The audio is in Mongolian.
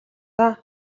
даа